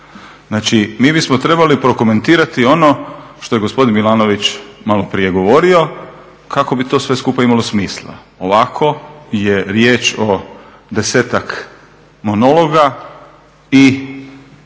Znači, mi bismo trebali prokomentirati ono što je gospodin Milanović malo prije govorio kako bi to sve skupa imalo smisla. Ovako je riječ o desetak monologa i